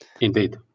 Indeed